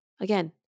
again